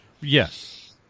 yes